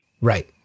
Right